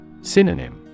Synonym